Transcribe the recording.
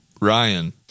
Ryan